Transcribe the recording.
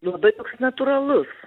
labai natūralus